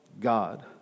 God